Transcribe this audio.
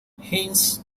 hence